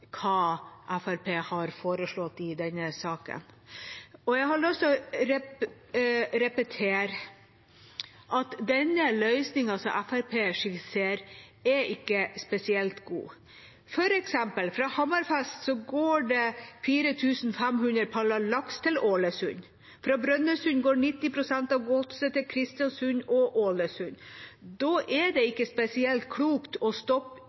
hva Fremskrittspartiet har foreslått i denne saken. Jeg har lyst til å repetere at den løsningen som Fremskrittspartiet skisserer, ikke er spesielt god. For eksempel går det fra Hammerfest 4 500 paller laks til Ålesund. Fra Brønnøysund går 90 pst. av godset til Kristiansund og Ålesund. Da er det ikke spesielt klokt å stoppe